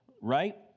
right